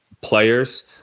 players